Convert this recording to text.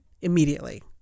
Immediately